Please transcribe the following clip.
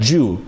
Jew